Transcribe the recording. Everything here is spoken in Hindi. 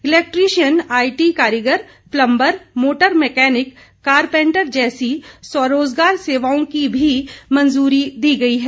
इलेक्ट्रीशियन आईटी कारीगर प्लम्बर मोटर मैकेनिक कारपेंटर जैसी स्व रोजगार सेवाओं की भी मंजूरी दी गई है